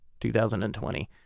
2020